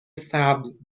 سبز